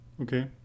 Okay